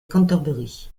cantorbéry